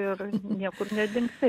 ir niekur nedingsi